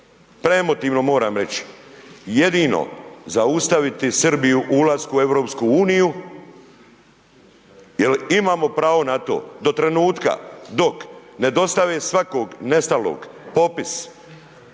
premotivno moram reći, jedino za zaustaviti Srbiju u ulasku u EU jel imamo pravo na to do trenutka dok ne dostave svakog nestalog, popis